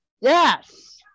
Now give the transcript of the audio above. Yes